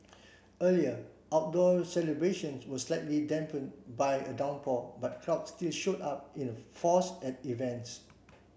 earlier outdoor celebrations were slightly dampen by a downpour but crowds still showed up in a force at events